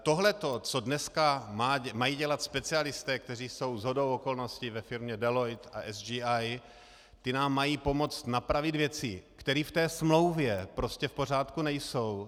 Tohleto co dnes mají dělat specialisté, kteří jsou shodou okolností ve firmě Deloitte a CGI, ti nám mají pomoct napravit věci, které v té smlouvě prostě v pořádku nejsou.